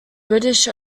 british